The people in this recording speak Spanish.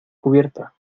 cubierta